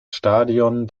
stadion